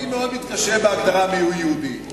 אני מאוד מתקשה בהגדרה מיהו יהודי.